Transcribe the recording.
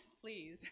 please